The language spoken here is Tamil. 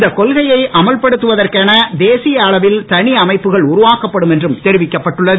இந்த கொள்கையை அமல்படுத்துவதற்கென தேசிய அளவில் தனி அமைப்புகள் உருவாக்கப்படும் என்றும் தெரிவிக்கப்பட்டுள்ளது